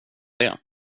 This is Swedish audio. det